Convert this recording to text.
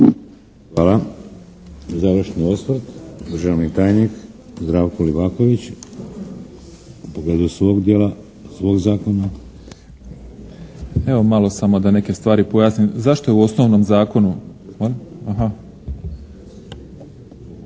Hvala. Završni osvrt, državni tajnik Zdravko Livaković u pogledu svog dijela, svog Zakona. **Livaković, Zdravko** Evo malo samo da neke stvari pojasnim zašto je u osnovnom zakonu